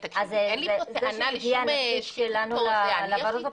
אז זה שמגיע נציג שלנו לוועדות הבחינה --- תקשיבי,